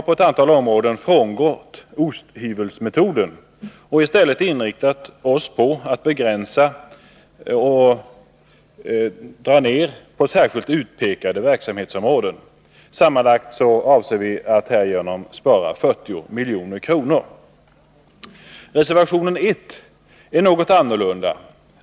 På ett antal områden har vi frångått osthyvelsmetoden och i stället inriktat oss på att begränsa och dra ned på särskilt utpekade verksamhetsområden. Härigenom avser vi att spara sammanlagt 40 milj.kr. Med reservation 1 förhåller det sig något annorlunda.